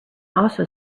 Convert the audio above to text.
also